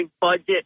budget